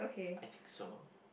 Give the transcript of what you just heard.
I think so